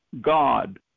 God